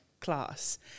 class